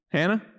Hannah